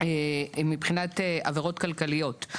מבחינת עבירות כלכליות.